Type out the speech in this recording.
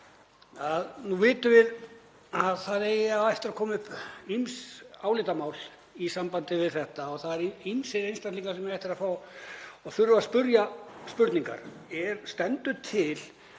nú vitum við að það eiga eftir að koma upp ýmis álitamál í sambandi við þetta og það eru ýmsir einstaklingar sem eiga eftir að þurfa að spyrja spurninga: Stendur til